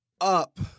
up